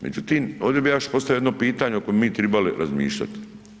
Međutim, ovdje bih ja još postavio jedno pitanje o kojem bi mi tribali razmišljati.